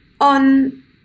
on